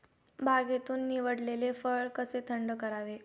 बागेतून निवडलेले फळ कसे थंड करावे?